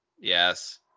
Yes